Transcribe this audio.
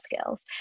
skills